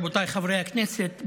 רבותיי חברי הכנסת,